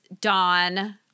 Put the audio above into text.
Dawn